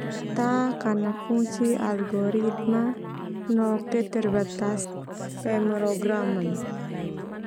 Ta karna fungsi algoritma no keterbatasan pemrograman.